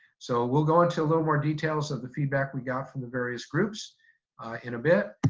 so we'll go into a little more details of the feedback we got from the various groups in a bit,